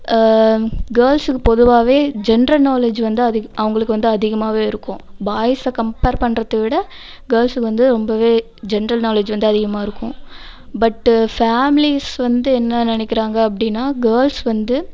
கேள்ஸுக்கு பொதுவாகவே general knowledge வந்து அது அவங்களுக்கு வந்து அதிகமாவே இருக்கும் பாய்ஸை கம்பேர் பண்றதைவிட கேள்ஸுக்கு வந்து ரொம்பவே ஜென்ரல் நாலேஜ் வந்து அதிகமாக இருக்கும் பட்டு ஃபேம்லிஸ் வந்து என்ன நினைக்குறாங்க அப்படின்னா கேள்ஸ் வந்து